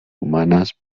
humanas